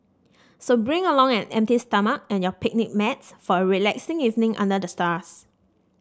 so bring along an empty stomach and your picnic mats for a relaxing evening under the stars